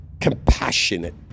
compassionate